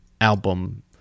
album